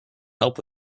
help